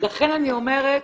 לכן אני אומרת,